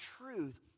truth